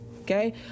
okay